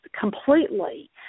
completely